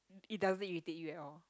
it doesn't irritate you at all